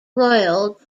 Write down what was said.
royal